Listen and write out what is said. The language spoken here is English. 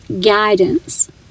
guidance